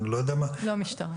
אני לא יודע מי --- לא המשטרה.